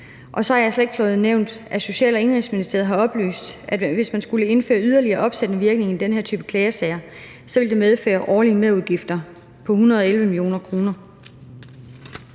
Og så har jeg slet ikke fået nævnt, at Social- og Indenrigsministeriet har oplyst, at hvis man skulle indføre yderligere opsættende virkning i den her type klagesager, ville det medføre årlige merudgifter på 111 mio. kr.